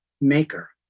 maker